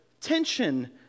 tension